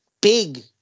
big